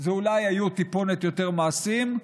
ואולי היו טיפונת יותר מעשים,